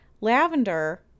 Lavender